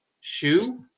Shoe